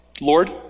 Lord